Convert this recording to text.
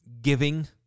giving